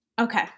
Okay